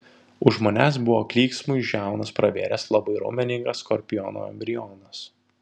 už manęs buvo klyksmui žiaunas pravėręs labai raumeningas skorpiono embrionas